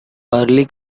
early